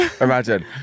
imagine